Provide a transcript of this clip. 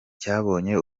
cyabonye